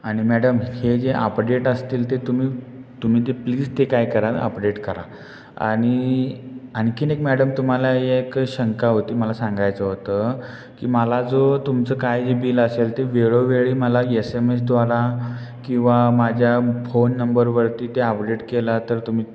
आणि मॅडम हे जे अपडेट असतील ते तुम्ही तुम्ही ते प्लीज ते काय करा अपडेट करा आणि आणखीन एक मॅडम तुम्हाला हे एक शंका होती मला सांगायचं होतं की मला जो तुमचं काय जे बिल असेल ते वेळोवेळी मला एस एम एसद्वारा किंवा माझ्या फोन नंबरवरती ते अपडेट केला तर तुम्ही